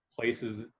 places